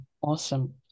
Awesome